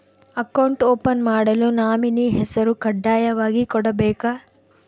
Account open ಮಾಡಲು nominee ಹೆಸರು ಕಡ್ಡಾಯವಾಗಿ ಕೊಡಬೇಕಾ?